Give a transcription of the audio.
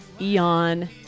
Eon